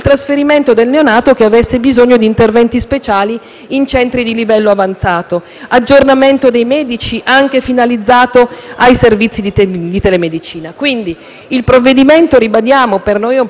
interventi speciali in centri di livello avanzato, aggiornamento dei medici anche finalizzato ai servizi di telemedicina. Il provvedimento - lo ribadiamo - per noi è sacrosanto, ma